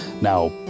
Now